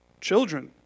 Children